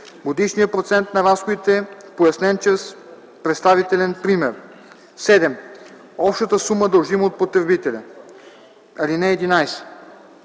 годишния процент на разходите, пояснен чрез представителен пример; 7. общата сума, дължима от потребителя. (11)